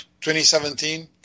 2017